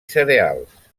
cereals